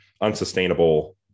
unsustainable